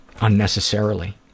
unnecessarily